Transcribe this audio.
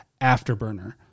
Afterburner